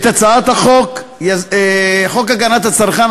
חוק הגנת הצרכן,